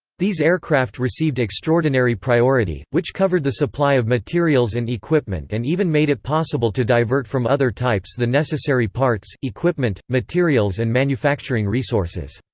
these aircraft received extraordinary priority, which covered the supply of materials and equipment and even made it possible to divert from other types the necessary parts, equipment, materials and manufacturing resources.